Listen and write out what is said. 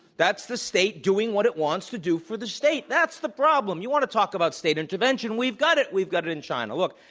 that's the state doing what it wants to do for the state. that's the problem. you want to talk about state intervention? we've got it. we've got it in china. look,